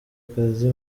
akazi